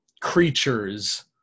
creatures